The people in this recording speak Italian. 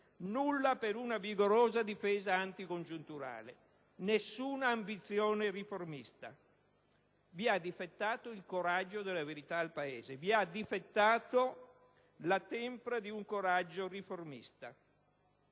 nulla per una vigorosa difesa anticongiunturale. Non vi è nessuna ambizione riformista. Vi ha difettato il coraggio di dire la verità al Paese. Vi ha difettato la tempra di un coraggio riformista.